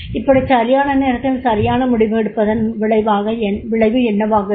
இப்படி சரியான நேரத்தில் சரியான முடிவெடுப்பதன் விளைவு என்னவாக இருக்கும்